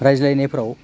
रायज्लायनायफ्राव